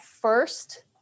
first